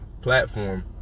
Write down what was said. platform